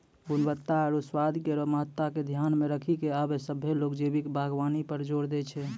गुणवत्ता आरु स्वाद केरो महत्ता के ध्यान मे रखी क आबे सभ्भे लोग जैविक बागबानी पर जोर दै छै